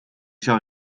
zou